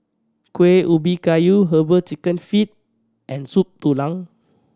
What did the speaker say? Kuih Ubi Kayu Herbal Chicken Feet and Soup Tulang